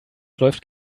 läuft